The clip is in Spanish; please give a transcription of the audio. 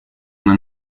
una